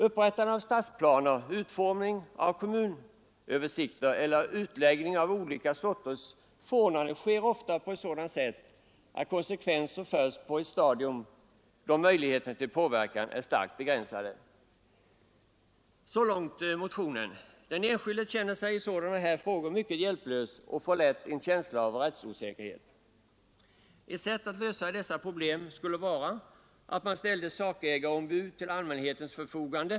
——— Upprättande av stadsplaner, utformning av kommunöversikter eller utläggning av olika sorters förordnanden sker ofta på ett sådant sätt att allmänhet och särskilt de därav berörda får kännedom om åtgärdernas konsekvenser först på ett stadium då möjligheterna till påverkan är starkt begränsade.” Den enskilde känner sig i sådana här frågor mycket hjälplös och får lätt en känsla av rättsosäkerhet. Ett sätt att lösa dessa problem skulle vara att man ställde sakägarombud till allmänhetens förfogande.